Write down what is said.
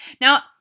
Now